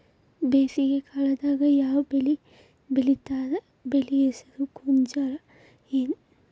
ಬೇಸಿಗೆ ಕಾಲದಾಗ ಯಾವ್ ಬೆಳಿ ಬೆಳಿತಾರ, ಬೆಳಿ ಹೆಸರು ಗೋಂಜಾಳ ಏನ್?